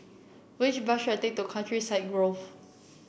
which bus should I take to Countryside Grove